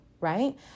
right